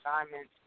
assignments